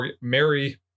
Mary